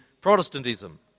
Protestantism